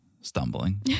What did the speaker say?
stumbling